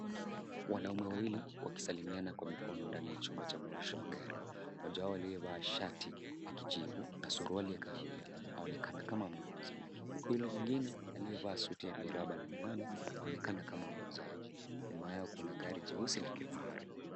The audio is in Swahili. Wanaume wawili wakisalimiana kwa mikono ndani ya chumba cha maonyesho ya magari. Mmoja wao aliyevaa shati ya kijivu na suruali ya kahawia aonekana kama mnunuzi huku yule mwingine aliyevaa suti ya miraba na miwani, aonekana kama muuzaji. Nyuma yao kuna gari jeusi la kifahari.